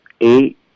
eight